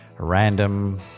random